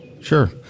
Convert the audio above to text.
Sure